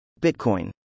Bitcoin